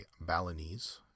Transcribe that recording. Balinese